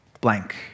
Blank